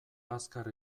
azkar